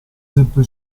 sempre